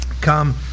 come